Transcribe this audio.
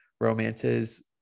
romances